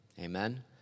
Amen